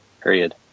period